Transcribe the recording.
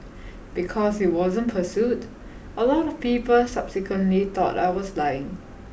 because it wasn't pursued a lot of people subsequently thought I was lying